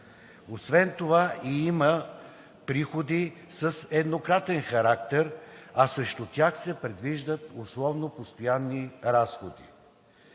Освен това има приходи с еднократен характер, а срещу тях се предвиждат условно постоянни разходи.